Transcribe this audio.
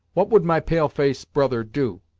what would my pale-face brother do?